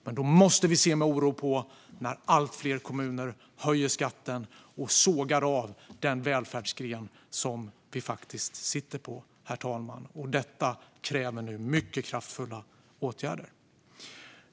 Men då måste vi se med oro på när allt fler kommuner höjer skatten och sågar av den välfärdsgren som vi faktiskt sitter på. Detta kräver nu mycket kraftfulla åtgärder.